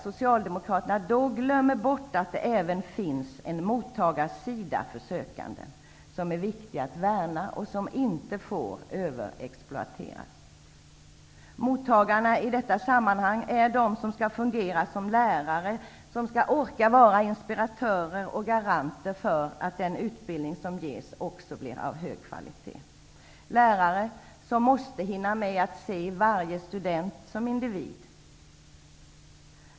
Socialdemokraterna glömmer då bort att det även finns en mottagarsida för sökande som är viktig att värna och som inte får överexploateras. Mottagarna i detta sammanhang är de som skall fungera som lärare och som skall orka vara inspiratörer och garanter för att den utbildning som ges också blir av hög kvalitet. Lärarna måste hinna med att se varje student som individ.